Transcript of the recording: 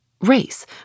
Race